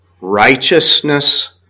righteousness